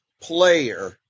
player